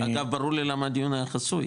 אגב, ברור לי לגמרי גם למה הדיון היה חסוי,